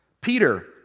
Peter